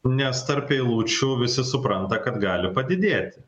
nes tarp eilučių visi supranta kad gali padidėti